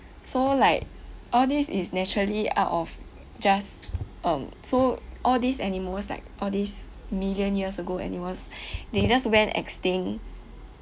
so like all these is naturally out of just um so all these animals like all these million years ago animals they just went extinct